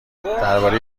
درباره